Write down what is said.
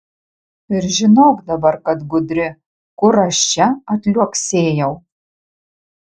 ir žinok dabar kad gudri kur aš čia atliuoksėjau